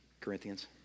Corinthians